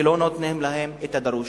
ולא נותנים להם את הדרוש.